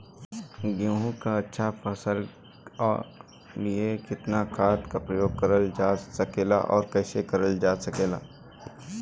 गेहूँक अच्छा फसल क लिए कितना खाद के प्रयोग करल जा सकेला और कैसे करल जा सकेला?